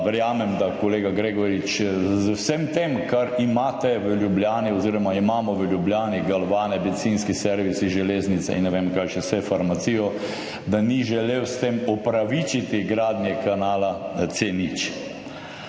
Verjamem, da kolega Gregorič z vsem tem, kar imate v Ljubljani oziroma imamo v Ljubljani galvane, bencinski servisi, železnice in ne vem kaj še vse, farmacijo, da ni želel s tem opravičiti gradnje kanala C0,